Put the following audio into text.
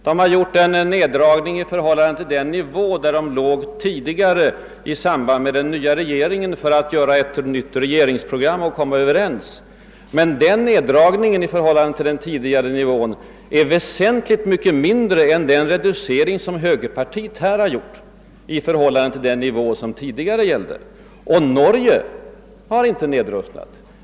Danmark har gjort en neddragning i förhållande till den nivå, där landet tidigare låg, då i samband med bildandet av ny regering man skulle utarbeta ett regeringsprogram. Men neddragningen i förhållande till den tidigare nivån är väsentligt mycket mindre än den reducering som högerpartiet har föreslagit i förhållande till den nivå som tidigare gällt i vårt land. Och Norge har inte nedrustat.